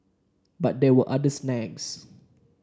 but there were other snags